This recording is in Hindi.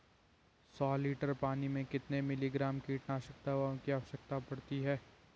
सौ लीटर पानी में कितने मिलीग्राम कीटनाशक दवाओं की आवश्यकता पड़ती है?